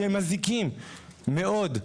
שהם מזיקים מאוד,